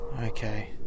Okay